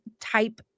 type